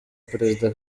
perezida